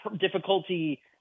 difficulty –